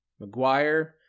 McGuire